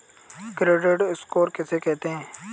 Credit score किसे कहते हैं?